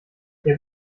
der